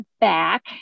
back